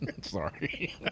Sorry